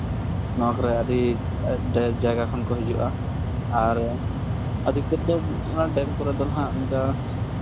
ᱱᱚᱣᱟ ᱠᱚᱨᱮᱜ ᱟᱹᱰᱤ ᱰᱷᱮᱨ ᱡᱟᱭᱜᱟ ᱠᱷᱚᱱ ᱠᱚ ᱦᱤᱡᱩᱜᱼᱟ ᱟᱨ ᱟᱹᱰᱤᱛᱮᱫ ᱫᱚ ᱰᱮᱢ ᱠᱚᱨᱮ ᱫᱚ ᱦᱟᱸᱜ ᱚᱱᱠᱟ